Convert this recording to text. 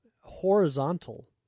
horizontal